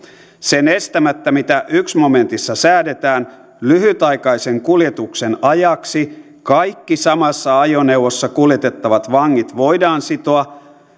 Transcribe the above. sen estämättä mitä ensimmäisessä momentissa säädetään lyhytaikaisen kuljetuksen ajaksi kaikki samassa ajoneuvossa kuljetettavat vangit voidaan sitoa